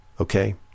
okay